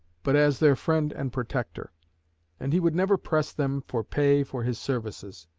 but as their friend and protector and he would never press them for pay for his services.